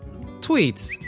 tweets